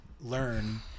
learn